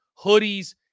hoodies